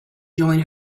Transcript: join